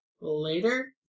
Later